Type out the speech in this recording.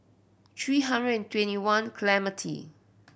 three hundred and twenty one Clementi